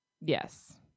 yes